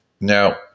Now